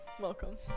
welcome